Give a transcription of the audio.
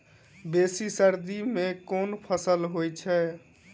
बेसी सर्दी मे केँ फसल होइ छै?